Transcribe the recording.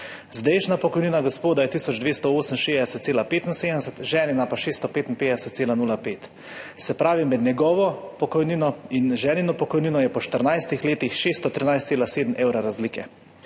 Zdajšnja pokojnina gospoda je tisoč 268,75, ženina pa 655,05. Se pravi, med njegovo pokojnino in ženino pokojnino je po 14 letih 613,7 evrov razlike.